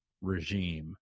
regime